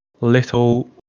little